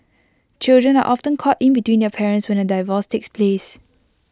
children are often caught in between their parents when A divorce takes place